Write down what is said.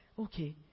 okay